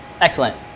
Excellent